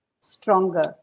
stronger